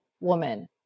woman